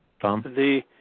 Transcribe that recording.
Tom